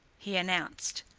he announced.